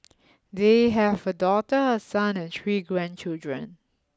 they have a daughter a son and three grandchildren